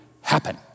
happen